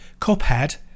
cuphead